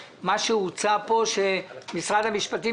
לשמו, משרד המשפטים